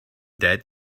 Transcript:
dead